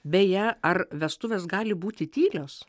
beje ar vestuvės gali būti tylios